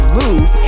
move